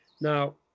Now